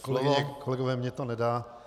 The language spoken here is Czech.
Kolegyně, kolegové, mně to nedá.